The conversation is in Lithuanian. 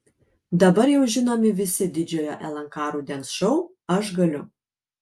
dabar jau žinomi visi didžiojo lnk rudens šou aš galiu